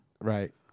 right